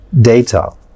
data